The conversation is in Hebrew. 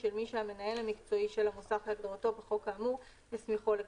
של מי שהמנהל המקצועי של המוסך כהגדרתו בחוק האמור הסמיכו לכך,